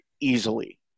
easily